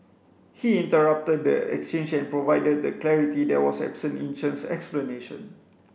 he interrupted the exchange and provided the clarity that was absent in Chen's explanation